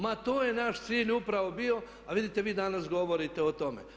Ma to je naš cilj upravo bio, a vidite vi danas govorite o tome.